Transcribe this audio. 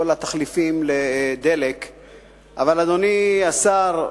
התחליפים לדלק, אבל, אדוני השר,